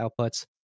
outputs